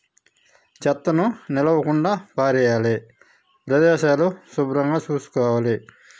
చెత్తను నిలువకుండా పారేయాలి ప్రదేశాలు శుభ్రంగా చూసుకోవాలి